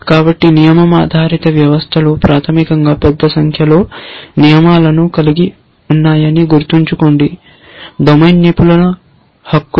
కాబట్టి నియమం ఆధారిత వ్యవస్థలు ప్రాథమికంగా పెద్ద సంఖ్యలో నియమాలను కలిగి ఉన్నాయని గుర్తుంచుకోండి డొమైన్ నిపుణుల హక్కులు